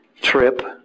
trip